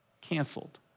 Canceled